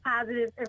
positive